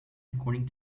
according